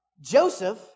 Joseph